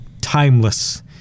timeless